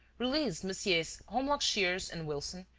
released messrs. holmlock shears and wilson,